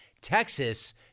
Texas